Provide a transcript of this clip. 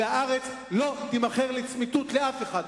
"והארץ לא תימכר לצמיתות" לאף אחד,